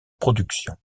production